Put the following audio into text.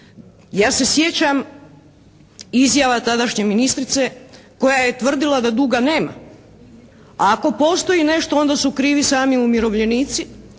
Ja se sjećam izjava tadašnje ministrice koja je tvrdila da duga nema. Ako postoji nešto onda su krivi sami umirovljenici,